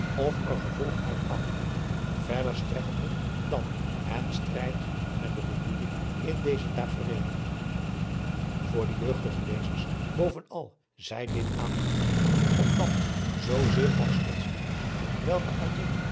of er gevolgen uit afleiden verder strekkende dan en strijdig met de bedoeling in deze tafreelen voor de jeugdige lezers bovenal zij dit aangeadriaan loosjes pzn het leven van johannes wouter blommesteyn merkt omdat zoo zeer als godsdienst welke alleen